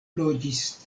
loĝis